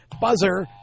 buzzer